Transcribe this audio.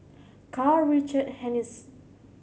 Karl Richard Hanitsch